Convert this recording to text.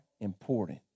important